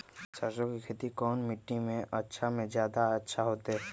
सरसो के खेती कौन मिट्टी मे अच्छा मे जादा अच्छा होइ?